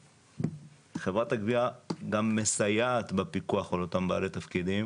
שחברת הגבייה גם מסייעת בפיקוח על אותם בעלי תפקידים